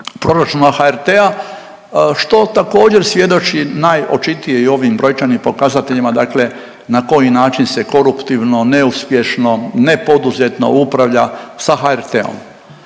proračuna HRT-a, što također, svjedoči najočitije, i ovim brojčanim pokazateljima, dakle na koji način se koruptivno, neuspješno, nepoduzetno upravlja sa HRT-om.